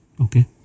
Okay